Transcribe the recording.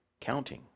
counting